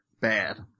bad